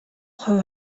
хувь